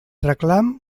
reclam